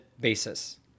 basis